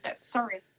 Sorry